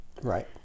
Right